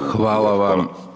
**Hajdaš